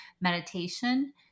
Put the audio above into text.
meditation